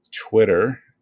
Twitter